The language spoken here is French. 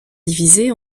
divisée